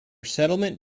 settlement